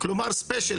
כלומר ספיישל,